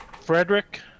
Frederick